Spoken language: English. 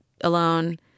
alone